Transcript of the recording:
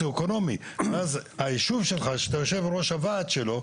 אקונומי ואז היישוב שלך שאתה יושב-ראש הוועד שלו,